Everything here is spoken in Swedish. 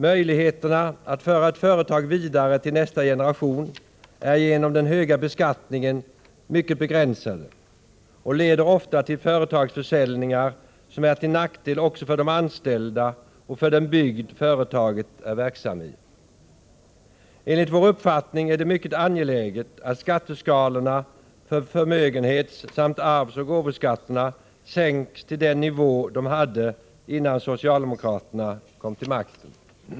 Möjligheterna att föra ett företag vidare till nästa generation är genom den höga beskattningen mycket begränsade, och det leder ofta till företagsförsäljningar som är till nackdel också för de anställda och för den bygd som företaget är verksamt i. Enligt vår uppfattning är det mycket angeläget att skatteskalorna för förmögenhetssamt arvsoch gåvoskatterna sänks till den nivå som de hade innan socialdemokraterna kom till makten.